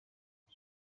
nti